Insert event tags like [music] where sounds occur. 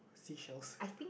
seashells [breath]